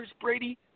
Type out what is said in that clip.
Brady